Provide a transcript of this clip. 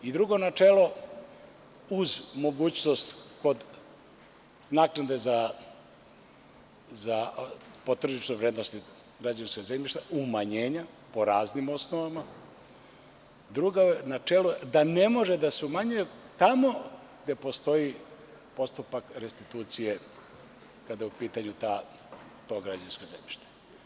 Drugo načelo, uz mogućnost naknade po tržišnoj vrednosti građevinskog zemljišta umanjenja po raznim osnovama, jeste da ne može da se umanjuje tamo gde postoji postupak restitucije kada je u pitanju to građevinsko zemljište.